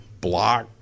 block